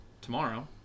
tomorrow